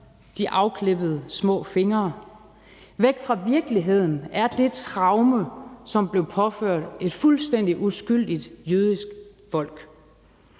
de afklippede små fingre. Væk fra virkeligheden er det traume, som blev påført et fuldstændig uskyldigt jødisk folk.